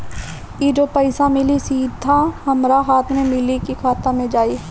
ई जो पइसा मिली सीधा हमरा हाथ में मिली कि खाता में जाई?